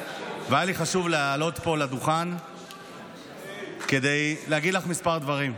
והיה לי חשוב לעלות לפה לדוכן כדי להגיד לך כמה דברים.